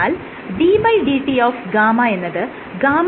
എന്നാൽ ddt γ എന്നത് γ